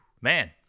Man